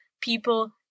people